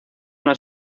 una